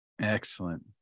Excellent